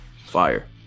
Fire